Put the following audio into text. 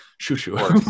shoo-shoo